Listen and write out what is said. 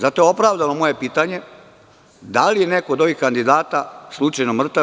Zato je opravdano moje pitanje – da li je neko od ovih kandidata slučajno mrtav?